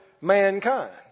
mankind